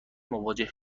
مواجه